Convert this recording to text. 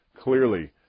clearly